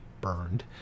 burned